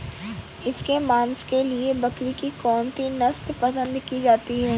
इसके मांस के लिए बकरी की कौन सी नस्ल पसंद की जाती है?